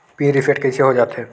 Pin reset कइसे हो जाथे?